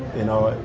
you know,